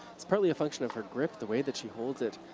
it's probably a function of her grip, the way that she holds it.